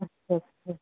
ਅੱਛਾ ਅੱਛਾ